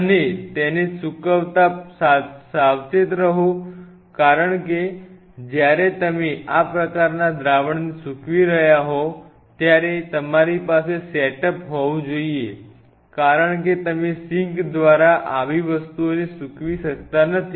અને તેને સૂક વતા સાવચેત રહો કારણ કે જ્યારે તમે આ પ્રકારના દ્રાવણને સૂક વી રહ્યા હોવ ત્યારે તમારી પાસે સેટઅપ હોવું જોઈએ કારણ કે તમે સિંક દ્વારા આવી વસ્તુઓને સૂક વી શકતા નથી